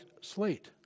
slate